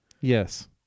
Yes